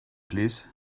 plîs